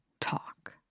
talk